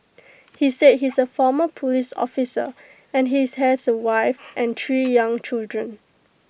he said he's A former Police officer and he is has A wife and three young children